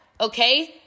okay